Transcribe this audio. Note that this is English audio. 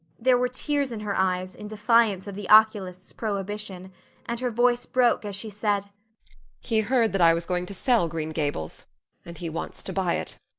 there were tears in her eyes in defiance of the oculist's prohibition and her voice broke as she said he heard that i was going to sell green gables and he wants to buy it.